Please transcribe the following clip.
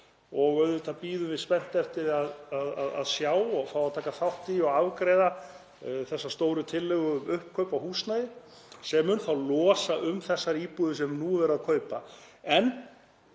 Auðvitað bíðum við spennt eftir því að sjá og fá að taka þátt í að afgreiða þessa stóru tillögu um uppkaup á húsnæði sem mun þá losa um þessar íbúðir sem nú er verið að kaupa. En